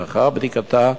לאחר בדיקתה,